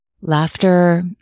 Laughter